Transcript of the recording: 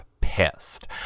pissed